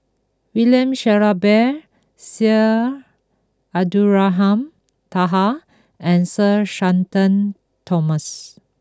William Shellabear Syed Abdulrahman Taha and Sir Shenton Thomas